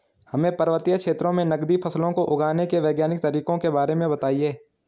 हमें पर्वतीय क्षेत्रों में नगदी फसलों को उगाने के वैज्ञानिक तरीकों के बारे में बताइये?